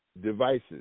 devices